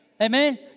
Amen